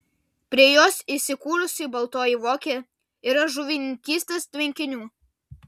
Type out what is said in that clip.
prie jos įsikūrusi baltoji vokė yra žuvininkystės tvenkinių